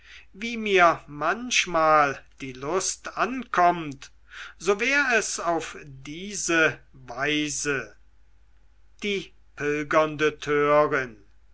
wie mir manchmal die lust ankommt so wär es auf diese weise die pilgernde törin